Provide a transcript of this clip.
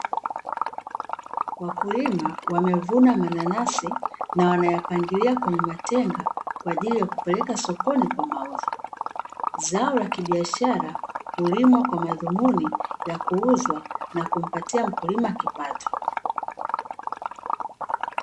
Wakulima wamevuna mananasi na wanayapangilia kwenye matenga, kwa ajili ya kupeleka sokoni kwa mauzo. Zao la biashara hulimwa kwa madhumuni ya kuuzwa na kumpatia mkulima kipato.